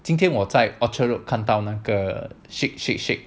今天我在 orchard road 看到那个 shake shake shake